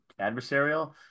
adversarial